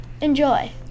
Enjoy